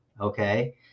Okay